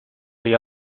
the